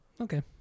Okay